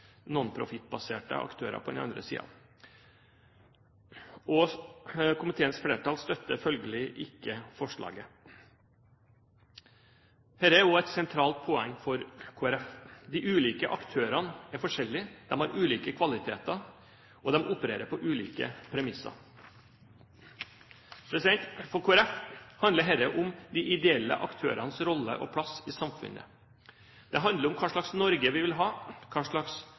aktører på den andre siden. Komiteens flertall støtter følgelig ikke forslaget. Dette er også et sentralt poeng for Kristelig Folkeparti. De ulike aktørene er forskjellige, de har ulike kvaliteter, og de opererer på ulike premisser. For Kristelig Folkeparti handler dette om de ideelle aktørenes rolle og plass i samfunnet. Det handler om hva slags Norge vi vil ha, hva slags